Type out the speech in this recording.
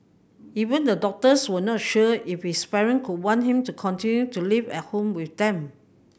even the doctors were not sure if his parent would want him to continue to live at home with them